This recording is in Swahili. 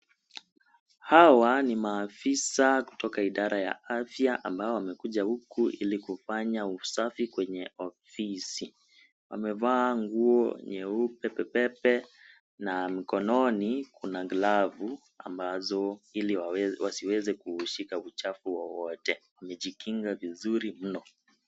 Hawa ni maafisa kutoka idara ya afya, ambao wamekuja huku, ili kufanya usafi kwenye ofisi. Wamevaa nguo nyeupe pepepe na mikononi kuna glavu ambazo ili waweze, wasiweze kuushika uchafu wowote. Wamejikinga vizuri mno.